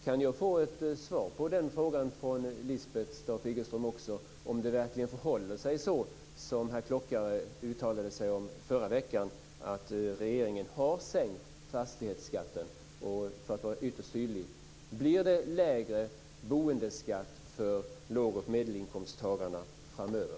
Kan jag få ett svar på den frågan från Lisbeth Staaf Igelström också, om det verkligen förhåller sig så som herr Klockare uttalade sig om förra veckan, att regeringen har sänkt fastighetsskatten? Och för att vara ytterst tydlig: Blir det lägre boendeskatt för lågoch medelinkomsttagarna framöver?